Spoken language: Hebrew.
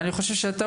ואני חושב שאתה,